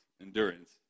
endurance